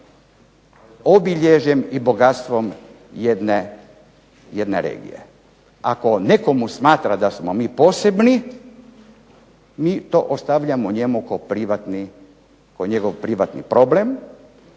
obilježjem i bogatstvom jedne regije. Ako nekomu smatra da smo mi posebni, mi to ostavljamo njemu kao privatni, kao